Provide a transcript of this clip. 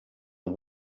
are